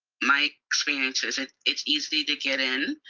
my experience is it's it's easy to get in,